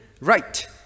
right